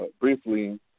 briefly